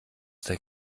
der